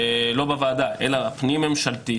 לא בוועדה, אלא פנים-ממשלתי,